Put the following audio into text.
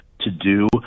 to-do